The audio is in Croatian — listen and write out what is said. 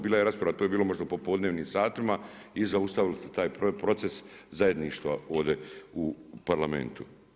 Bila je rasprava, to je bilo možda u popodnevnim satima i zaustavili su taj proces zajedništva ovdje u Parlamentu.